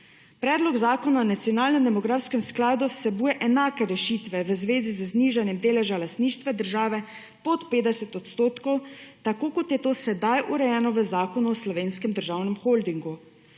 Predlog zakona o nacionalnem demografskem skladu vsebuje enake rešitve v zvezi z znižanjem deleža lastništva države pod 50 %, tako, kot je to sedaj urejeno v Zakonu o slovenskem državnem holdingu.